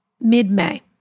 mid-May